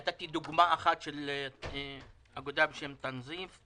נתתי דוגמה אחת של אגודה בשם "תנדיף".